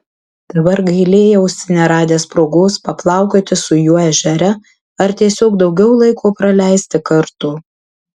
dabar gailėjausi neradęs progos paplaukioti su juo ežere ar tiesiog daugiau laiko praleisti kartu